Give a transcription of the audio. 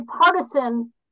partisan